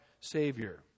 Savior